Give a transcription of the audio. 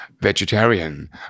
vegetarian